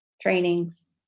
Trainings